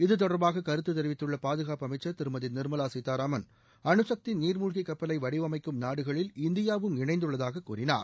இது தொடர்பாக கருத்து தெரிவித்துள்ள பாதுகாப்பு அமைச்சர் திருமதி நிர்மவா சீதாராமன் அனுசக்தி நீர்மூழ்க்கி கப்பலை வடிவமைக்கும் நாடுகளில் இந்தியாவும் இணைந்துள்ளதாக கூறினார்